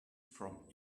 from